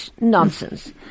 Nonsense